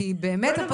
כי באמת,